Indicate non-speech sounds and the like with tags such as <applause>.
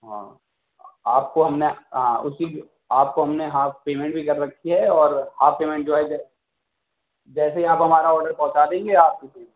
ہاں آپ کو ہم نے ہاں اُسی آپ کو ہم نے ہاف پیمنٹ بھی کر رکھی ہے اور ہاف پیمنٹ جو ہے جیسے ہی آپ ہمارا آڈر پہنچا دیں گے آپ <unintelligible>